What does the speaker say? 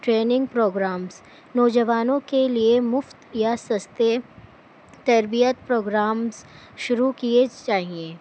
training programmes نوجوانوں کے لیے مفت یا سستے تربیت پروگرامس شروع کیے چاہئے